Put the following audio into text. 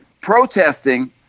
protesting